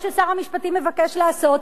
מה ששר המשפטים מבקש לעשות,